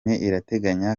irateganya